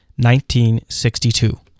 1962